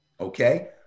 okay